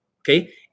Okay